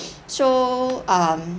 so um